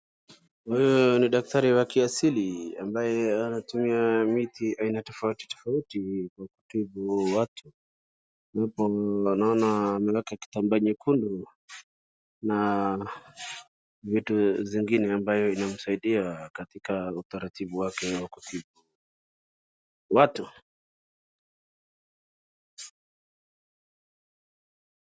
Huyu ni daktari wa kiasili ambaye anatumia miti aina tofautitofauti kutibu watu. Na hapo naona ameweka kitambaa nyekundu na vitu zingine ambazo zinamsaidia katika utaratibu wake wa kutibu watu.